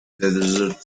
desert